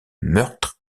meurtre